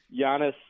Giannis